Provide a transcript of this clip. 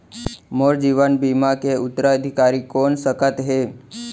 मोर जीवन बीमा के उत्तराधिकारी कोन सकत हे?